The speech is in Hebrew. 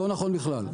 לא נכון בכלל.